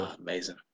Amazing